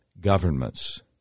governments